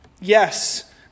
Yes